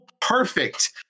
perfect